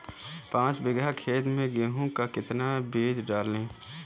पाँच बीघा खेत में गेहूँ का कितना बीज डालें?